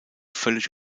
völlig